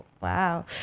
wow